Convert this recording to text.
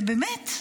ובאמת,